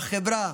בחברה,